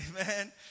amen